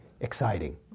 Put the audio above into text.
exciting